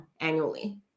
annually